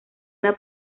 una